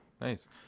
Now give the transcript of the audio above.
Nice